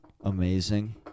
Amazing